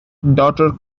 daughter